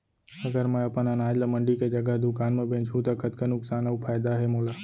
अगर मैं अपन अनाज ला मंडी के जगह दुकान म बेचहूँ त कतका नुकसान अऊ फायदा हे मोला?